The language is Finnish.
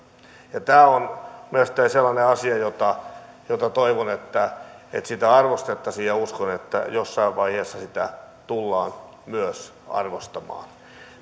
tämä on mielestäni sellainen asia josta josta toivon että että sitä arvostettaisiin ja uskon että jossain vaiheessa sitä tullaan myös arvostamaan